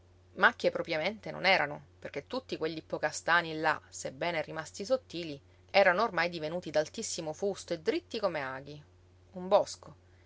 macchie propriamente non erano perché tutti quegl'ippocàstani là sebbene rimasti sottili erano ormai divenuti d'altissimo fusto e dritti come aghi un bosco